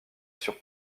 sur